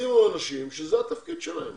שישימו אנשים שזה התפקיד שלהם.